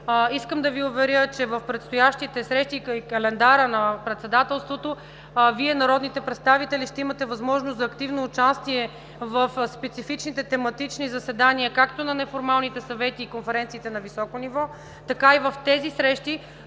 искам да Ви уверя, че в предстоящите срещи и календара на Председателството Вие, народните представители, ще имате възможност за активно участие в специфичните тематични заседания както на неформалните съвети и конференциите на високо ниво, така и в срещите